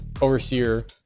overseer